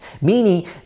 meaning